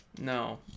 no